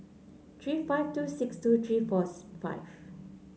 three five two six two three four five